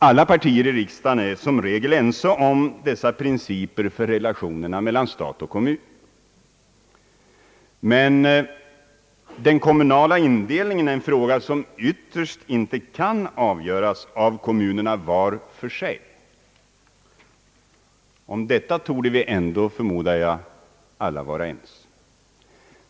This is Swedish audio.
Alla partier i riksdagen är som regel ense om dessa principer för relationerna mellan stat och kommun. Men den kommunala indelningen är en fråga som ytterst inte kan avgöras av kommunerna var för sig. Om det torde vi ändå, förmodar jag, alla vara ense.